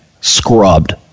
scrubbed